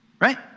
right